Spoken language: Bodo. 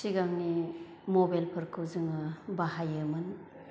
सिगांनि मबेलफोरखौ जोङो बाहायोमोन